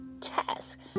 task